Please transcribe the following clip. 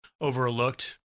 overlooked